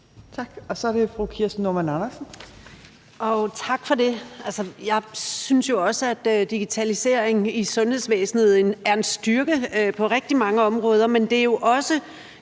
Kl. 15:20 Kirsten Normann Andersen (SF): Tak for det. Jeg synes jo også, at digitalisering i sundhedsvæsenet er en styrke på rigtig mange områder, men det er jo også